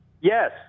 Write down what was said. Yes